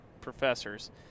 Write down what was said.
professors